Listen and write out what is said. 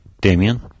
Damien